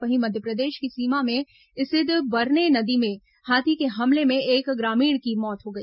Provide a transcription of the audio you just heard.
वहीं मध्यप्रदेश की सीमा में स्थित बरने नदी में हाथी के हमले में एक ग्रामीण की मौत हो गई